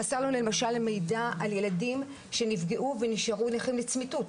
חסר לנו למשל מידע על ילדים שנפגעו ונשארו נכים לצמיתות,